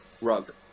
Rug